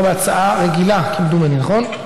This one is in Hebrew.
מדובר בהצעה רגילה, כמדומני, נכון?